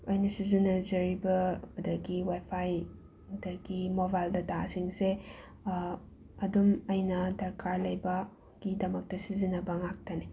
ꯑꯩꯅ ꯁꯤꯖꯤꯟꯅꯖꯔꯤꯕ ꯑꯗꯒꯤ ꯋꯥꯏꯐꯥꯏ ꯑꯗꯒꯤ ꯃꯣꯕꯥꯏꯜ ꯗꯇꯥꯁꯤꯡꯁꯦ ꯑꯗꯨꯝ ꯑꯩꯅ ꯗꯔꯀꯥꯔ ꯂꯩꯕ ꯒꯤꯗꯃꯛꯇ ꯁꯤꯖꯤꯟꯅꯕ ꯉꯥꯛꯇꯅꯦ